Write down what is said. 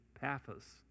Paphos